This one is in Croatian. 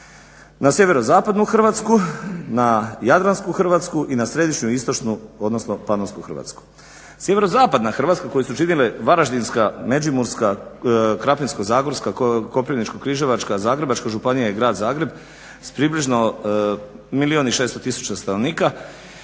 na sjeverozapadnu Hrvatsku na jadransku Hrvatsku i na središnju i istočnu odnosno Panonsku Hrvatsku. Sjeverozapadna Hrvatska koju su činile Varaždinska, Međimurska, Krapinsko-zagorska, Koprivničko-križevačka, Zagrebačka županija i Grad Zagreb s približno milijun 600 tisuća